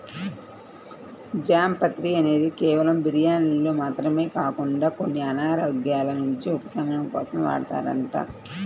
జాపత్రి అనేది కేవలం బిర్యానీల్లో మాత్రమే కాకుండా కొన్ని అనారోగ్యాల నుంచి ఉపశమనం కోసం వాడతారంట